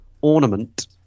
ornament